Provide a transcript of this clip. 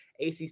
ACC